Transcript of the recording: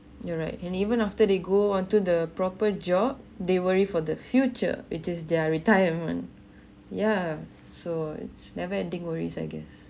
you're right and even after they go onto the proper job they worry for the future which is their retirement yeah so it's never ending worries I guess